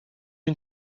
une